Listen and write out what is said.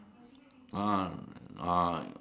ah ah